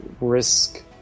risk